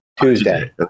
Tuesday